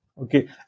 okay